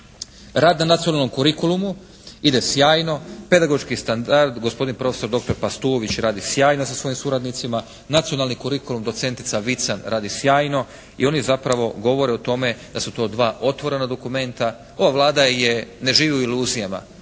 Rad na nacionalnom kurikulumu ide sjajno. Pedagoški standard gospodin prof.dr. Pastulović radi sjajno sa svojim suradnicima. Nacionalni kurikulum docentica Vican radi sjajno i oni zapravo govore o tome da su to dva otvorena dokumenta. Ova Vlada ne živi u iluzijama.